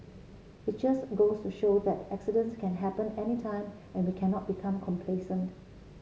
it just goes to show that accidents can happen anytime and we cannot become complacent